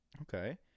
Okay